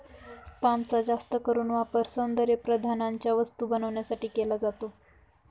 पामचा जास्त करून वापर सौंदर्यप्रसाधनांच्या वस्तू बनवण्यासाठी केला जातो